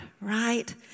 right